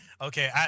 Okay